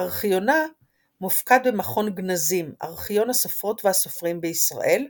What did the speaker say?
ארכיונה מופקד במכון גנזים - ארכיון הסופרות והסופרים בישראל,